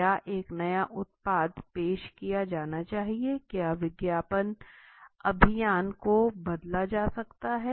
क्या एक नया उत्पाद पेश किया जाना चाहिए क्या विज्ञापन अभियान को बदला जा सकता है